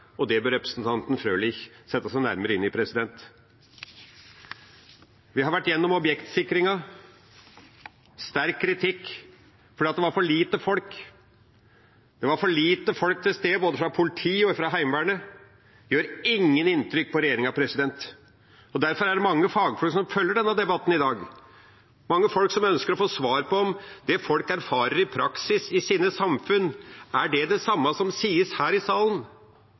og det bør representanten Frølich sette seg nærmere inn i. Vi har vært gjennom objektsikringen – sterk kritikk for at det var for lite folk. Det var for lite folk til stede både fra politiet og fra Heimevernet. Det gjør ikke noe inntrykk på regjeringa. Derfor er det mange fagfolk som følger denne debatten i dag, mange folk som ønsker å få svar på om det folk erfarer i praksis i sine samfunn, er det samme som sies her i salen.